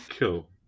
Cool